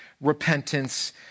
repentance